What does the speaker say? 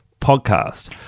podcast